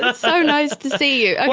ah so nice to see you.